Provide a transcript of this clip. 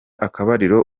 akabariro